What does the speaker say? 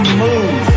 move